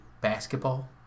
basketball